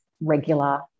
regular